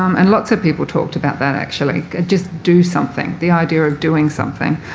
um and lots of people talked about that, actually, just do something. the idea of doing something.